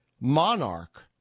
monarch